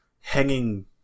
hanging